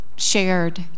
shared